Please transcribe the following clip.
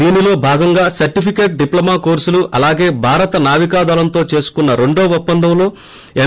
దీనిలో భాగంగా certificate diploma కోర్సులు ేఅలాగే భారత నావికాదళంతో చేసుకున్న రెండో ఒప్పందంలో ఎం